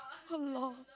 how long